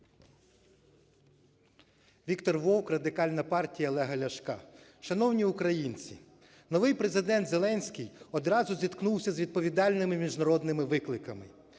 Віктор Вовк, Радикальна партія Олега Ляшка. Шановні українці, новий Президент Зеленський одразу зіткнувся з відповідальними міжнародними викликами.